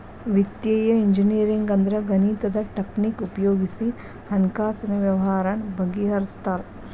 ವಿತ್ತೇಯ ಇಂಜಿನಿಯರಿಂಗ್ ಅಂದ್ರ ಗಣಿತದ್ ಟಕ್ನಿಕ್ ಉಪಯೊಗಿಸಿ ಹಣ್ಕಾಸಿನ್ ವ್ಯವ್ಹಾರಾನ ಬಗಿಹರ್ಸ್ತಾರ